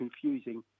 confusing